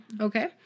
Okay